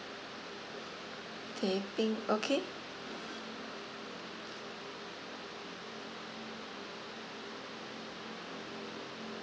teh bing okay